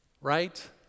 Right